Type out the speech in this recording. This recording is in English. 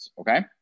okay